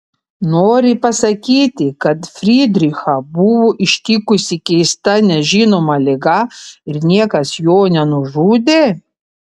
nori pasakyti kad frydrichą buvo ištikusi keista nežinoma liga ir niekas jo nenužudė